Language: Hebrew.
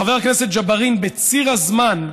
חבר הכנסת ג'בארין, על ציר הזמן,